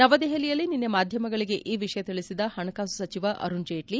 ನವದೆಹಲಿಯಲ್ಲಿ ನಿನ್ನೆ ಮಾಧ್ವಮಗಳಿಗೆ ಈ ವಿಷಯ ತಿಳಿಸಿದ ಹಣಕಾಸು ಸಚಿವ ಅರುಣ್ ಜೇಟ್ಲ